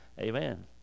amen